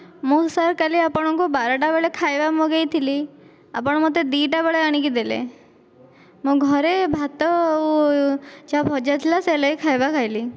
ମୁଁ ସାର୍ କାଲି ଆପଣଙ୍କୁ ବାରଟା ବେଳେ ଖାଇବା ମଗେଇଥିଲି ଆପଣ ମୋତେ ଦି ଟା ବେଳେ ଆଣିକି ଦେଲେ ମୋ ଘରେ ଭାତ ଆଉ ଯାହା ଭଜା ଥିଲା ସେହା ଲଗେଇ ଖାଇବା ଖାଇଲି